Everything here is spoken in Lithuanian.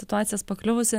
situacijas pakliuvusi